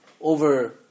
over